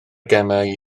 gemau